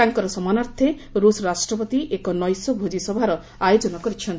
ତାଙ୍କର ସମ୍ମାନାର୍ଥେ ରୁଷ୍ ରାଷ୍ଟ୍ରପତି ଏକ ନୈଶ ଭୋଜିସଭାର ଆୟୋଜନ କରିଛନ୍ତି